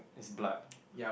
is blood